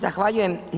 Zahvaljujem.